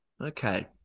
Okay